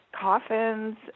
coffins